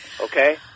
Okay